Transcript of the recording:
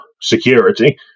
security